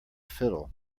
fiddle